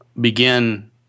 begin